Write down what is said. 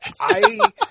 I-